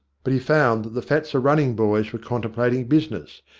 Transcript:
but he found that the fat's a-run ning boys were contemplating business,